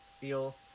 feel